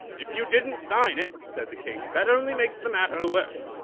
if you didn't sign it, said the king, that only makes the matter worse.